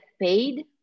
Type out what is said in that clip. paid